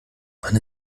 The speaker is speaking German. wann